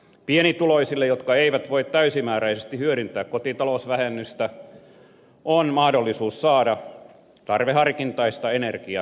pienituloisilla jotka eivät voi täysimääräisesti hyödyntää kotitalousvähennystä on mahdollisuus saada tarveharkintaista energia avustusta